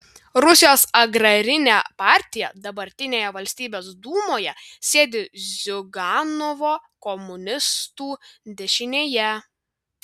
rusijos agrarinė partija dabartinėje valstybės dūmoje sėdi ziuganovo komunistų dešinėje